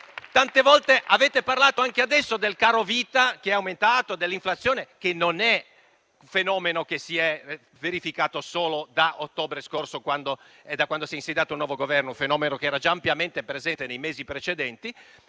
Tante volte avete parlato, anche adesso, del carovita che è aumentato e dell'inflazione, che non è un fenomeno che si è verificato solo da ottobre scorso, quando si è insediato il nuovo Governo, ma era già ampiamente presente nei mesi precedenti.